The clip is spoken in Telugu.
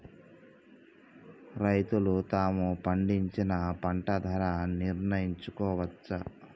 రైతులు తాము పండించిన పంట ధర నిర్ణయించుకోవచ్చా?